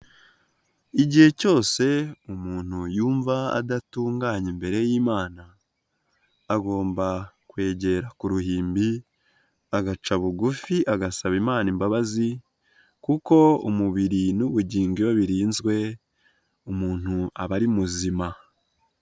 Igihe cyose umuntu yumva adatunganye imbere y'imana, agomba kwegera ku ruhimbi, agaca bugufi agasaba imana imbabazi kuko umubiri n'ubugingo iyo birinzwe, umuntu aba ari muzima.